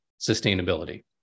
sustainability